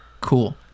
cool